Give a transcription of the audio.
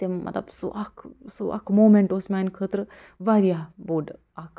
تِم مطلب سُہ اَکھ سُہ اَکھ موٗمٮ۪نٛٹ اوس میٛانہِ خٲطرٕ واریاہ بوٚڈ اَکھ